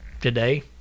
today